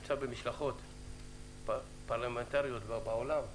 נמצא במשלחות פרלמנטריות בעולם,